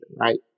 right